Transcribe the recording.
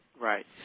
Right